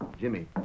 Jimmy